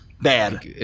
bad